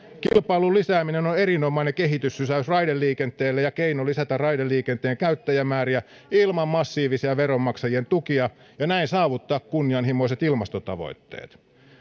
kilpailun lisääminen on on erinomainen kehityssysäys raideliikenteelle ja keino lisätä raideliikenteen käyttäjämääriä ilman massiivisia veronmaksajien tukia ja näin saavuttaa kunnianhimoiset ilmastotavoitteet